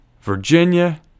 Virginia